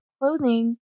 clothing